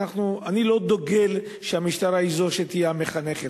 אני לא דוגל בכך שהמשטרה תהיה המחנכת,